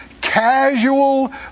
casual